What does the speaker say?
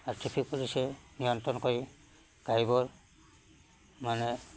আৰু ট্ৰেফিক পুলিচে নিয়ন্ত্ৰণ কৰি গাড়ীবোৰ মানে